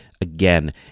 again